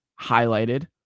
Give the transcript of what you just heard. highlighted